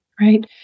Right